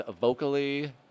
vocally